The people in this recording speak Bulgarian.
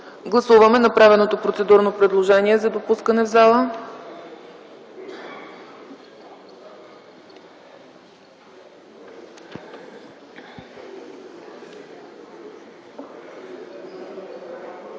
гласуване направеното процедурно предложение за допускане в зала.